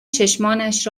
چشمانش